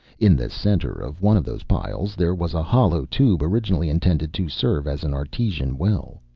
in the center of one of those piles there was a hollow tube originally intended to serve as an artesian well.